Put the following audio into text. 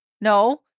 no